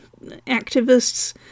activists